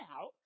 out